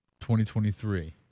2023